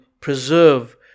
preserve